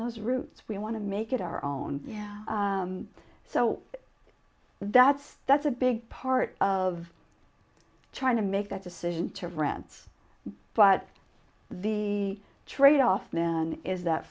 those roots we want to make it our own so that's that's a big part of trying to make that decision to rent but the tradeoff is that